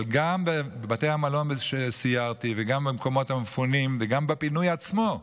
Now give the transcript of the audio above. אלא גם בבתי המלון שסיירתי בהם וגם במקומות המפונים וגם בפינוי עצמו.